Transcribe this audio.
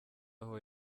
aho